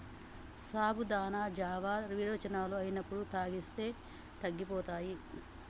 సాబుదానా జావా విరోచనాలు అయినప్పుడు తాగిస్తే తగ్గిపోతాయి